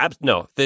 no